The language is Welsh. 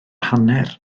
hanner